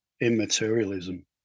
immaterialism